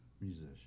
musician